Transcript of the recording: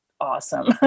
awesome